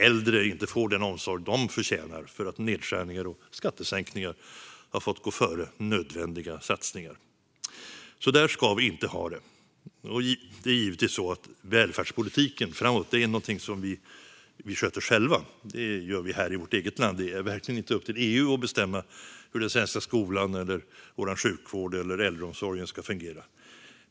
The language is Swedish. Äldre får inte den omsorg de förtjänar, då nedskärningar och skattesänkningar har fått gå före nödvändiga satsningar. Så där ska vi inte ha det. Det är givetvis så att välfärdspolitiken är någonting som vi sköter själva. Det ska vi fortsätta göra här i vårt eget land. Det är verkligen inte upp till EU att bestämma hur den svenska skolan, sjukvården eller äldreomsorgen ska fungera.